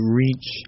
reach